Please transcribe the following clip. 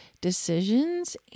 decisions